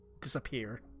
disappear